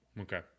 Okay